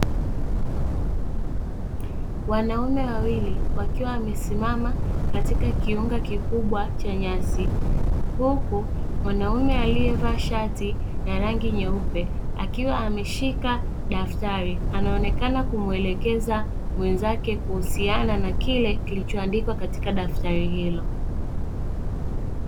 Wanaume wawili wakiwa wamesimama katika kiunga kikubwa cha nyasi huku mwanaume aliyevaa shati ya rangi nyeupe akiwa ameshika daftari anaonekana kumuelekeza mwenzake kuhusiana na kile kilichoandikwa katika daftari hilo.